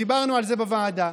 דיברנו על זה בוועדה,